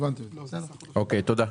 תודה.